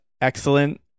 excellent